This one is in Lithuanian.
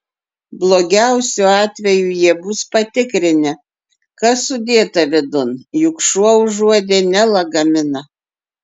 blogiausiu atveju jie bus patikrinę kas sudėta vidun juk šuo užuodė ne lagaminą